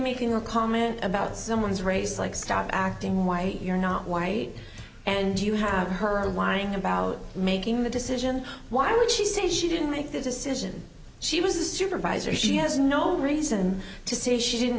making a comment about someone's race like stop acting white you're not white and you have her whining about making the decision why would she say she didn't make this decision she was the supervisor she has no reason to say she didn't